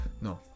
No